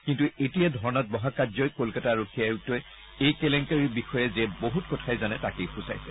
কিন্তু এতিয়া ধৰ্ণাত বহা কাৰ্যই কলকাতা আৰক্ষী আয়ুক্তই এই কেলেংকাৰীৰ বিষয়ে যে বহুত কথাই জানে তাকে সূচাইছে